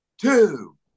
two